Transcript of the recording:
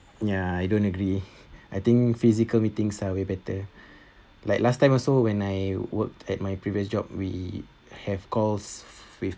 ya I don't agree I think physical meetings are way better like last time also when I worked at my previous job we have calls with